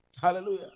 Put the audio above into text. Hallelujah